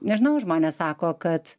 nežinau žmonės sako kad